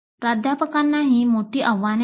प्राध्यापकांनाही मोठी आव्हाने आहेत